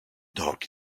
dog